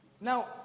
Now